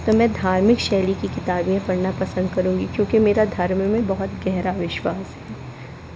तो मैं धार्मिक शैली की किताबे पढ़ना पसंद करुँगी क्योंकि मेरा धर्म में बहुत गहरा विश्वास है